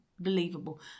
believable